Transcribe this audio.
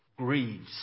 Grieves